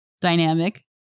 dynamic